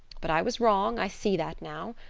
but i was wrong i see that now.